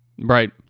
Right